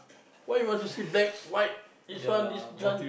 why you wanna see black white this one this one